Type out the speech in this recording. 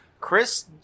Chris